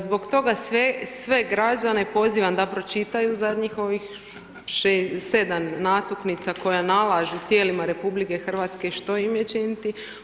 Zbog toga sve građane pozivam da pročitaju zadnjih ovih 6, 7 natuknica koja nalažu tijelima RH što im je činiti.